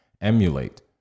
emulate